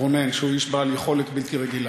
רונן הוא איש בעל יכולת בלתי רגילה.